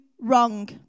wrong